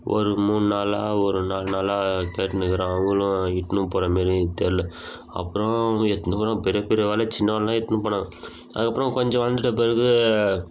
ஒரு மூணு நாளாக ஒரு நாலு நாளாக கேட்டுன்னு இருக்கிறேன் அவங்களும் இட்டுன்னு போகிற மாரி தெரில அப்புறம் அவங்க எடுத்துன்னு போகிறாங்க பெரிய பெரிய வலை சின்ன வலைலாம் எடுத்துன்னு போனாங்க அதுக்கப்புறம் கொஞ்சம் வளர்ந்துட்ட பிறகு